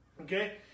Okay